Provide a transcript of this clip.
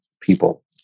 people